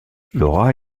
laura